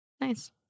Nice